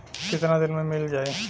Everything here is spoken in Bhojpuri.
कितना दिन में मील जाई?